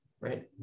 right